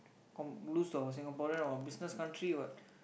com~ lose to our Singaporean or business country what